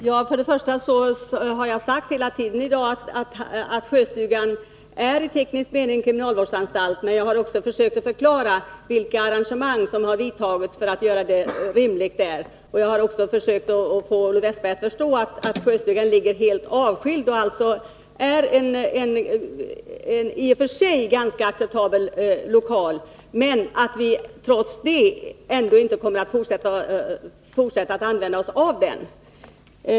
Herr talman! Jag har hela tiden i dag sagt att Sjöstugan i teknisk mening är en kriminalvårdsanstalt. Men jag har också försökt förklara vilka arrangemang som vidtagits för att göra förhållandena rimliga där. Och jag har också försökt att få Olle Wästberg i Stockholm att förstå att Sjöstugan ligger helt avskild och alltså är en i och för sig ganska acceptabel lokal men att vi trots det ändå inte kommer att fortsätta att använda den.